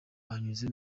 banyuze